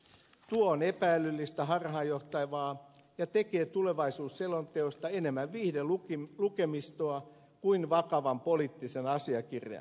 tuo on epä älyllistä harhaanjohtavaa ja tekee tulevaisuusselonteosta enemmän viihdelukemistoa kuin vakavan poliittisen asiakirjan